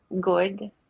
good